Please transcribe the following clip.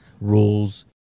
rules